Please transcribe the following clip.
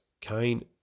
Kane